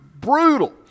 brutal